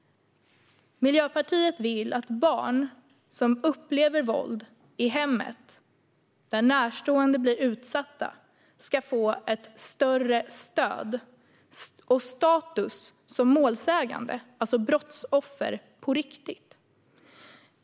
Miljöpartiet vill att barn som upplever våld i hemmet, då närstående blir utsatta, ska få ett större stöd och status som målsägande, alltså brottsoffer, på riktigt.